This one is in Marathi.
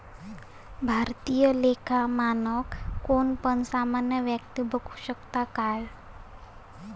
भारतीय लेखा मानक कोण पण सामान्य व्यक्ती बघु शकता काय?